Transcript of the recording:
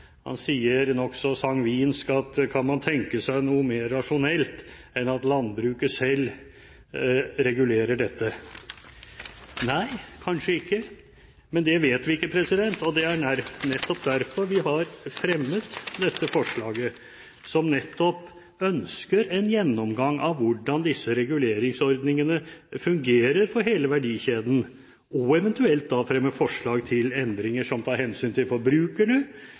han tok opp – kan man tenke seg noe mer rasjonelt enn at landbruket selv regulerer dette? Nei, kanskje ikke, men det vet vi ikke. Det er nettopp derfor vi har fremmet dette forslaget, der vi ønsker en gjennomgang av hvordan disse reguleringsordningene fungerer for hele verdikjeden, og at man eventuelt fremmer forslag til endringer som tar hensyn til forbrukerne